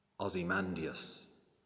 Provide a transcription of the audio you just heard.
Ozymandias